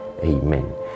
Amen